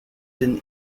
den